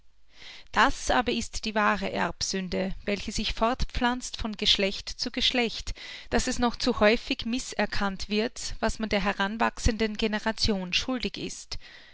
das aber ist die wahre erbsünde welche sich fortpflanzt von geschlecht zu geschlecht daß es noch zu häufig mißkannt wird was man der heranwachsenden generation schuldig ist